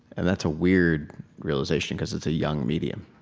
and that's a weird realization cause it's a young medium